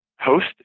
host